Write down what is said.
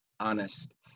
honest